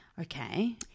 Okay